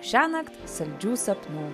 šiąnakt saldžių sapnų